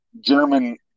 German